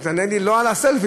תענה לי לא על הסלפי,